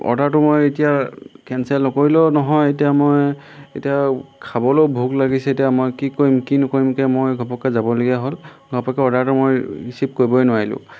অৰ্ডাৰটো মই এতিয়া কেনচেল নকৰিলেও নহয় এতিয়া মই এতিয়া খাবলৈও ভোক লাগিছে এতিয়া মই কি কৰিম কি নকৰিমকৈ মই ঘপককৈ যাবলগীয়া হ'ল ঘপককৈ অৰ্ডাৰটো মই ৰিচিভ কৰিবই নোৱাৰিলোঁ